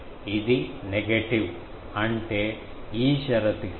ఇది నెగెటివ్ అంటే ఈ షరతుకి ఇండక్టివ్